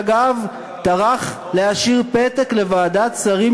שאגב טרח להשאיר פתק לוועדת שרים